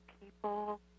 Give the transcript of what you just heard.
people